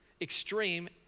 extreme